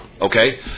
okay